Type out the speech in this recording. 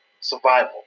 survival